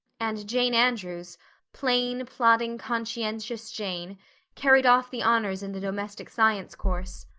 and jane andrews plain, plodding, conscientious jane carried off the honors in the domestic science course.